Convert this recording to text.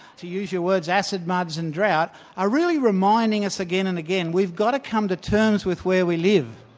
to use your words, acid muds and drought, are really reminding us again and again we've got to come to terms with where we live.